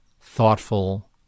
thoughtful